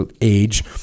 age